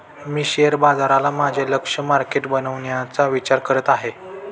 मी share बाजाराला माझे लक्ष्य मार्केट बनवण्याचा विचार करत आहे